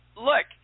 look